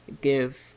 give